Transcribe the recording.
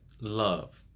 love